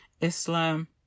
Islam